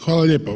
Hvala lijepo.